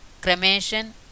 cremation